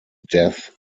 death